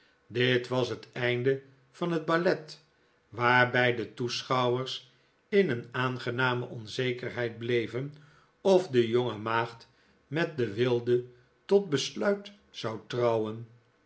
dit was het einde van het ballet waarbij de toeschouwers in een aangename onzekerheid bleve'n of de jonge maagd met den wilde tot besluit zou trouwen